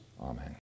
Amen